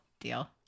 Deal